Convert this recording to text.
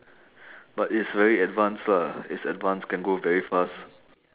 but it's very advanced lah it's advanced can go very fast